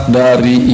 dari